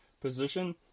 position